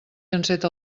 enceta